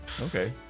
Okay